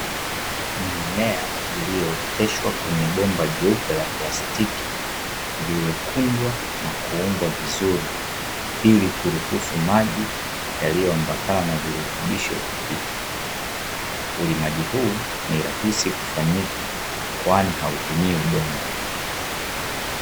Mimea iliyooteshwa kwenye bomba jeupe la plastiki lililokunjwa na kuungwa vizuri ili kuruhusu maji yaliyoambatana na virutubisho kupita. Ulimaji huu ni rahisi kufanyika kwani hautumii udongo.